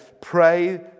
pray